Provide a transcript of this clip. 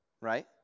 Right